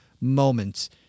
moments